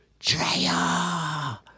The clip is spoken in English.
Drea